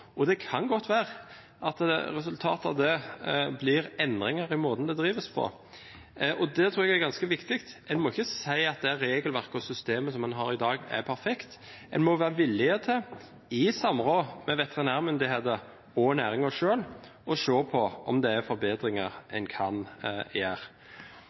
og det kan godt være at resultatet av det blir endringer i måten det drives på. Det tror jeg er ganske viktig – en må ikke si at det regelverket og systemet som man har i dag, er perfekt. Man må være villig til, i samråd med veterinærmyndigheter og næringen selv, å se på om det er forbedringer en kan gjøre.